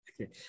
Okay